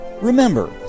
Remember